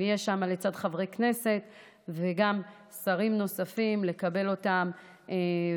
אני אהיה שם לצד חברי כנסת וגם שרים נוספים כדי לקבל אותם באהבה.